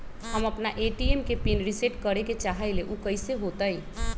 हम अपना ए.टी.एम के पिन रिसेट करे के चाहईले उ कईसे होतई?